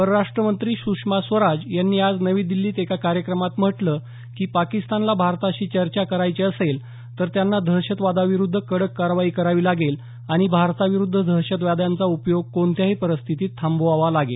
परराष्ट्रमंत्री सुषमा स्वराज यांनी आज नवी टिह्नीत एका कार्रक्रमात म्हटलं व्वी पाकिस्तानला भारताशी चर्चा करायची असेल तर त्यांना दहशतवादाविरुद्ध कडक कारवाई करावी लागेल आणि भारताविरुद्ध दहशतवद्यांचा उपयोग कोणत्याही परिस्थितीत थांबवला पाहिजे